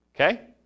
Okay